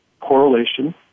correlation